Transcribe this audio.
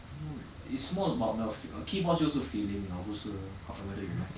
no it's not about the keyboard 就是 feeling liao 不是 whether you like it